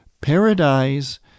Paradise